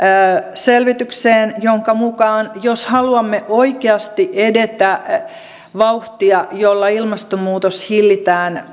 selvitykseen jonka mukaan jos haluamme oikeasti edetä vauhtia jolla ilmastonmuutos hillitään